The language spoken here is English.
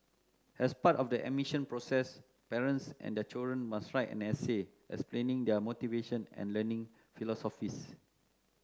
as part of the admission process parents and their children must write an essay explaining their motivation and learning philosophies